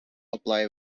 apply